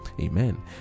Amen